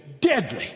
deadly